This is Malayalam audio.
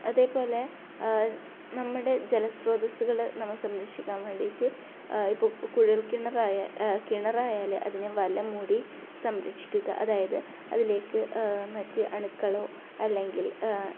അതേപോലെ നമ്മുടെ ജലസ്രോതസ്സുകൾ നമ്മൾ സംരക്ഷിക്കാൻ വേണ്ടിയിട്ട് ഇപ്പം കുഴൽക്കിണറായാൽ കിണറായാൽ അതിനെ വല മൂടി സംരക്ഷിക്കുക അതായത് അതിലേക്ക് മറ്റേ അണുക്കളോ അല്ലെങ്കിൽ